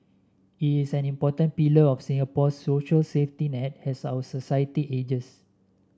it is an important pillar of Singapore's social safety net as our society ages